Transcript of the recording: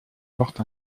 porte